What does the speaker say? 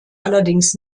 allerdings